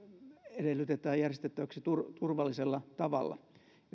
edellytetään järjestettäväksi turvallisella tavalla